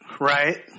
Right